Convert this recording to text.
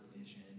vision